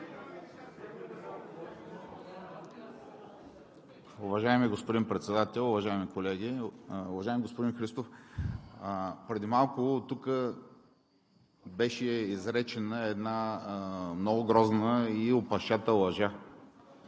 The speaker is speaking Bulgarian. Уважаеми господин Председател, уважаеми колеги! Уважаеми господин Христов, преди малко тук беше изречена една много грозна и опашата лъжа.